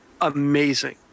amazing